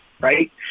right